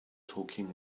talking